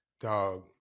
Dog